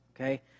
Okay